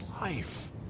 life